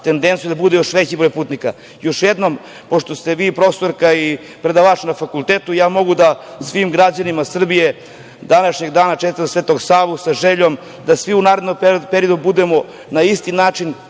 tendencijom da bude još veći broj putnika. Pošto ste vi, profesorka, i predavač na fakultetu, ja mogu da svim građanima Srbije današnjeg dana čestitam Svetog Savu, sa željom da svi u narednom periodu budemo na isti način